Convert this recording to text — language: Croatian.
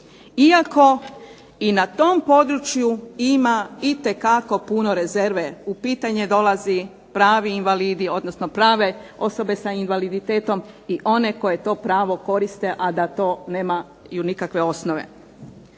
iako i na tom području ima itekako puno rezerve. U pitanje dolazi pravi invalidi, odnosno prave osobe sa invaliditetom i one koje to pravo koriste a da to nemaju nikakve osnove.